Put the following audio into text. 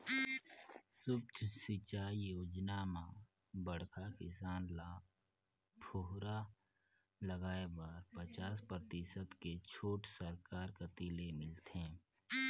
सुक्ष्म सिंचई योजना म बड़खा किसान ल फुहरा लगाए बर पचास परतिसत के छूट सरकार कति ले मिलथे